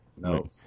No